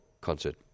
concert